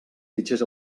fitxers